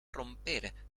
romper